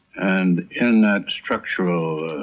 and in that structural